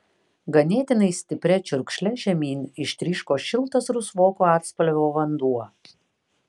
ganėtinai stipria čiurkšle žemyn ištryško šiltas rusvoko atspalvio vanduo